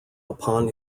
upon